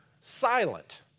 silent